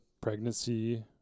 pregnancy